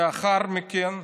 לאחר מכן,